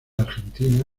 argentina